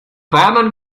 warmen